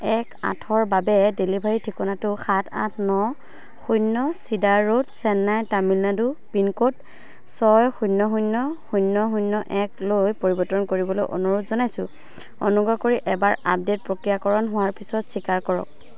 এক আঠৰ বাবে ডেলিভাৰী ঠিকনাটো সাত আঠ ন শূন্য Cedar Road Chennai Tamil Nadu pincode ছয় শূন্য শূন্য শূন্য শূন্য একলৈ পৰিৱৰ্তন কৰিবলৈ অনুৰোধ জনাইছোঁ অনুগ্ৰহ কৰি এবাৰ আপডে'ট প্ৰক্ৰিয়াকৰণ হোৱাৰ পিছত স্বীকাৰ কৰক